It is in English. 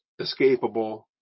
escapable